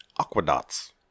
Aquadots